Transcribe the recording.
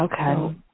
Okay